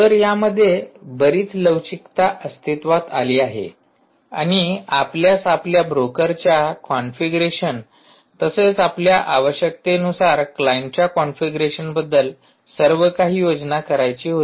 तर यामध्ये बरीच लवचिकता अस्तित्त्वात आली आहे आणि आपल्यास आपल्या ब्रोकरच्या कॉन्फिगरेशन तसेच आपल्या आवश्यकतेनुसार क्लायंटच्या कॉन्फिगरेशनबद्दल सर्व काही योजना करायची होती